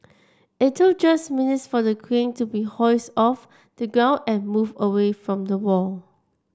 it took just minutes for the crane to be hoisted off the ground and moved away from the wall